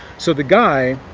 so the guy,